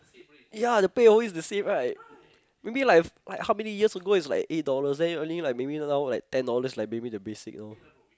ya the pay always the same right maybe like like how many years ago is like eight dollars then only like maybe now like ten dollars like maybe the basic lor